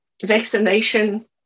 vaccination